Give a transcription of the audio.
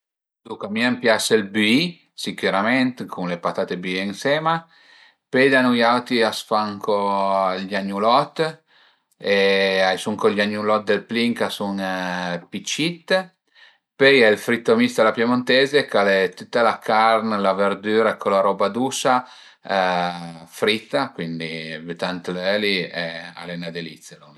Duncue a mi a m'pias ël büì sicürament cun le patate büìe ënsema, pöi da nui auti a s'fan co i angnulot e a i sun co i agnulot dël plin ch'a sun pi cit, pöi a ie ël fritto misto alla piemontese ch'al e tüla la carn, la verdüra e co la roba dusa fritta, cuindi bütà ën l'öli e al e 'na delizia